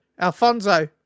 Alfonso